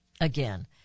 Again